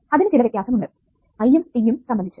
അതിനു ചില വ്യത്യാസം ഉണ്ട് I യും t യും സംബന്ധിച്ച്